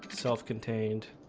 self-contained